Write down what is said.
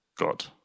God